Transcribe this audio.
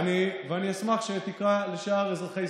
ואתה יושב עם ווליד טאהא.